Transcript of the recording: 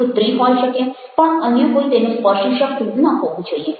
પુત્રી હોઈ શકે પણ અન્ય કોઈ તેને સ્પર્શી શકતું ન હોવું જોઈએ